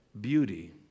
beauty